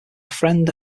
friend